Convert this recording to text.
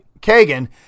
Kagan